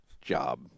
job